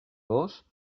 gos